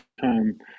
time